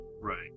Right